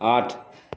आठ